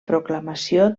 proclamació